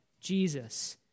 Jesus